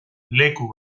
leku